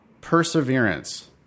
perseverance